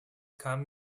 kaum